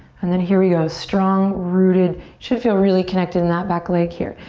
and then here we go, strong, rooted. should feel really connected in that back leg here.